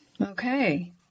okay